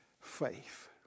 faith